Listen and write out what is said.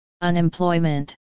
Unemployment